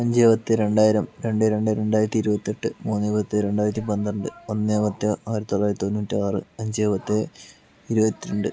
അഞ്ച് പത്ത് രണ്ടായിരം രണ്ട് രണ്ട് രണ്ടായിരത്തി ഇരുപത്തിയെട്ട് മൂന്ന് പത്ത് രണ്ടായിരത്തിപന്ത്രണ്ട് ഒന്ന് പത്ത് ആയിരത്തി തൊള്ളായിരത്തിത്തൊണ്ണൂറ്റിയാറ് അഞ്ച് പത്ത് ഇരുപത്തിരണ്ട്